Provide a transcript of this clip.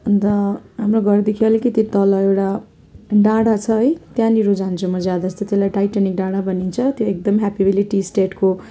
अन्त हाम्रो घरदेखि अलिकति तल एउटा डाँडा छ है त्यहाँनिर जान्छु म ज्यादा चाहिँ त्यसलाई टाइटानिक डाँडा भनिन्छ त्यो एकदमै हेप्पी भ्याली टी इस्टेटको